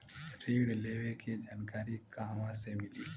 ऋण लेवे के जानकारी कहवा से मिली?